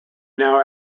now